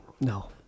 no